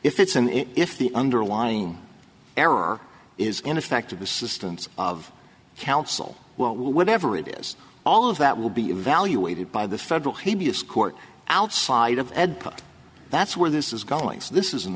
if it's an issue if the underlying error is ineffective assistance of counsel well whatever it is all of that will be evaluated by the federal habeas court outside of ed but that's where this is going so this is an